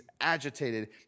agitated